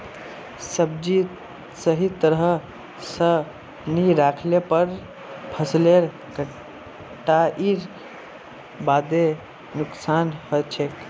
सब्जी सही तरह स नी राखले पर फसलेर कटाईर बादे नुकसान हछेक